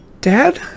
Dad